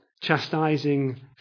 chastising